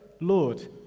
Lord